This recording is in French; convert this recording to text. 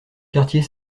quartier